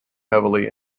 heavily